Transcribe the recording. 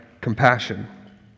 compassion